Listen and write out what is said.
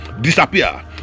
disappear